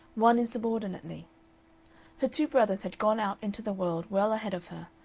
one insubordinately her two brothers had gone out into the world well ahead of her,